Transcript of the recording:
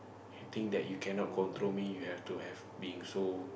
you think that you cannot control me you have to have being so